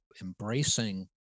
embracing